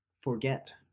forget